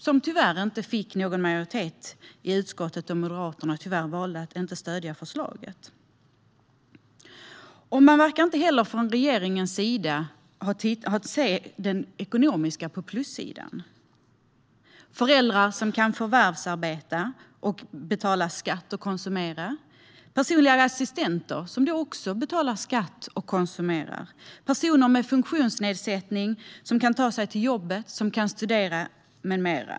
Initiativet fick tyvärr ingen majoritet i utskottet då Moderaterna valde att inte stödja förslaget. Från regeringens sida verkar man inte heller se den ekonomiska plussidan. Det handlar om föräldrar som kan förvärvsarbeta, betala skatt och konsumera. Det handlar om personliga assistenter som också betalar skatt och konsumerar. Det handlar om personer med funktionsnedsättning som kan ta sig till jobbet, studera med mera.